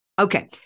Okay